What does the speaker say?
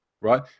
right